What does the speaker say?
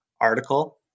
article